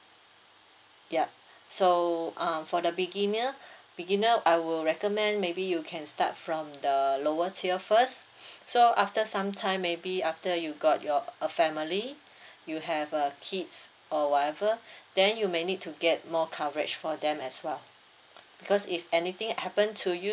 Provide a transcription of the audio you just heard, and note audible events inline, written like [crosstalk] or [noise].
yup so uh for the beginner [breath] beginner I will recommend maybe you can start from the lower tier first so after some time maybe after you got your a family [breath] you have a kids or whatever [breath] then you may need to get more coverage for them as well because if anything happened to you